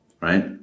right